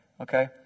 Okay